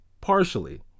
Partially